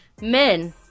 men